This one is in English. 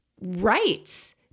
rights